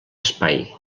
espai